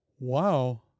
Wow